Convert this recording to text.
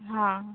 हा